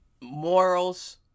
morals